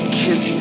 kiss